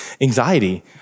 anxiety